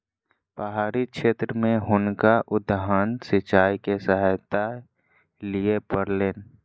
पहाड़ी क्षेत्र में हुनका उद्वहन सिचाई के सहायता लिअ पड़लैन